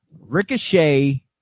Ricochet